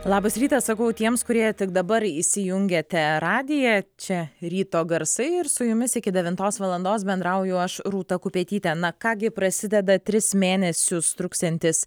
labas rytas sakau tiems kurie tik dabar įsijungiate radiją čia ryto garsai ir su jumis iki devintos valandos bendrauju aš rūta kupetytė na ką gi prasideda tris mėnesius truksiantis